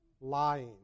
lying